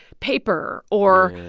paper or,